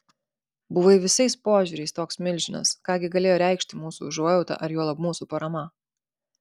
buvai visais požiūriais toks milžinas ką gi galėjo reikšti mūsų užuojauta ar juolab mūsų parama